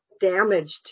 damaged